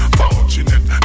fortunate